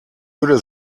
würde